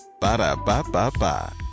Ba-da-ba-ba-ba